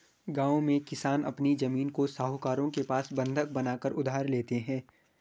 गांव में किसान अपनी जमीन को साहूकारों के पास बंधक बनाकर उधार लेते हैं